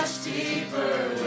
deeper